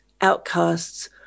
outcasts